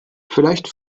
vielleicht